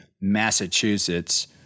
Massachusetts